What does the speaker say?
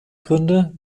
gründe